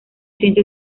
ciencia